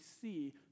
see